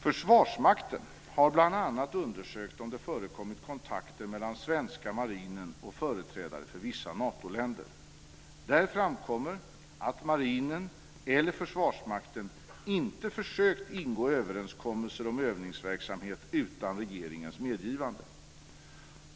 Försvarsmakten har bl.a. undersökt om det förekommit kontakter mellan svenska marinen och företrädare för vissa Natoländer. Där framkommer att marinen eller Försvarsmakten inte försökt ingå överenskommelser om övningsverksamhet utan regeringens medgivande.